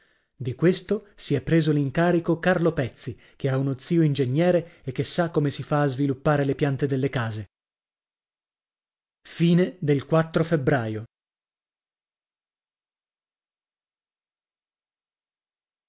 di questo si è preso l'incarico carlo pezzi che ha uno zio ingegnere e che sa come si fa a sviluppare le piante delle case febbraio